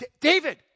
David